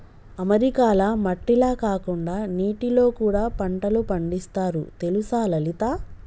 అమెరికాల మట్టిల కాకుండా నీటిలో కూడా పంటలు పండిస్తారు తెలుసా లలిత